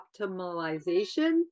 optimization